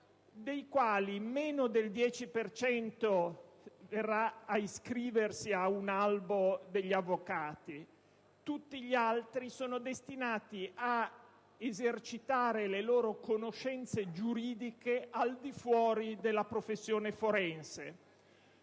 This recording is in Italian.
dei quali meno del 10 per cento si iscriverà a un albo degli avvocati; tutti gli altri sono destinati a esercitare le loro conoscenze giuridiche al di fuori della professione forense.